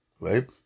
Right